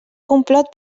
complot